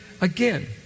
again